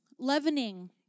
Leavening